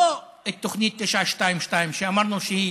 לא את תוכנית 922, שאמרנו שהיא